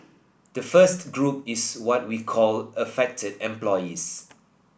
the first group is what we called affected employees